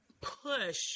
push